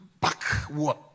backward